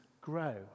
grow